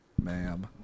ma'am